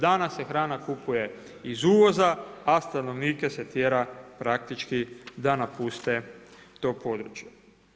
Danas se hrana kupuje iz uvoza, a stanovnike se tjera praktički da napuste to područje.